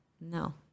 No